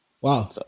Wow